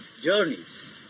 journeys